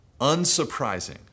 unsurprising